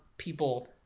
people